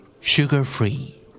Sugar-Free